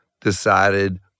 decided